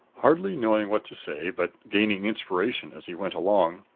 hardly knowing what to say, but gaining inspiration as he went along,